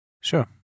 Sure